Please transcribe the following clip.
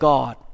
God